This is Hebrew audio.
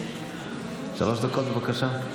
שלוש דקות, בבקשה.